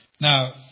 Now